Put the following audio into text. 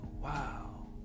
wow